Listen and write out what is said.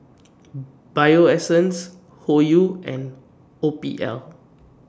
Bio Essence Hoyu and O P L